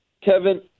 Kevin